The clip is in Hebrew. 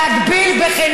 חברת הכנסת מירב, היא לא רוצה